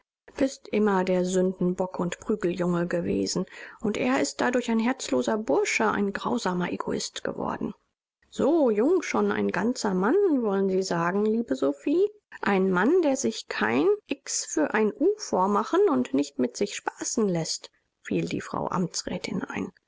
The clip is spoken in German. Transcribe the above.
gewußt bist immer der sündenbock und prügeljunge gewesen und er ist dadurch ein herzloser bursche ein grausamer egoist geworden so jung schon ein ganzer mann wollen sie sagen liebe sophie ein mann der sich kein x für ein u vormachen und nicht mit sich spaßen läßt fiel die frau amtsrätin ein